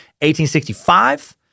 1865